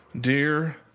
Dear